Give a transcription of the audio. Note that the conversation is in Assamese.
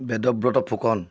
বেদব্ৰত ফুকন